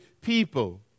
people